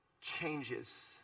changes